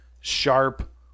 sharp